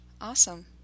Awesome